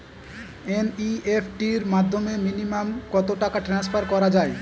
NEFT র মাধ্যমে minimum কত টাকা ট্রান্সফার করা যায়?